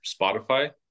spotify